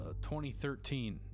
2013